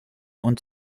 und